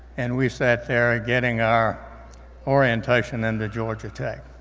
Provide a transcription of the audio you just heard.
and we sat there, ah getting our orientation into georgia tech.